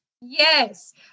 Yes